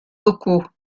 locaux